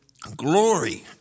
Glory